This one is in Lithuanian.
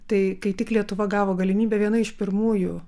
tai kai tik lietuva gavo galimybę viena iš pirmųjų